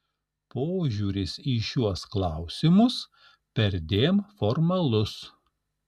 požiūris į šiuos klausimus perdėm formalus